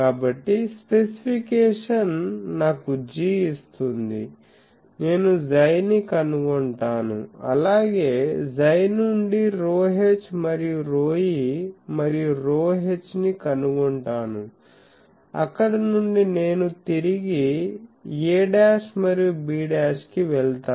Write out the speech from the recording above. కాబట్టి స్పెసిఫికేషన్ నాకు G ఇస్తుంది నేను 𝝌 ని కనుగొంటాను అలాగే 𝝌 నుండి ρh మరియు ρe మరియు ρh ని కనుగొంటాను అక్కడ నుండి నేను తిరిగి a మరియు b కి వెళ్తాను